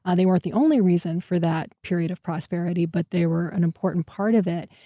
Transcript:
ah they weren't the only reason for that period of prosperity, but they were an important part of it.